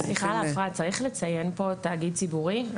סליחה על ההפרעה, צריך לציין פה תאגיד ציבורי?